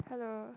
hello